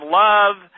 love